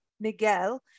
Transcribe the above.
Miguel